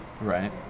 Right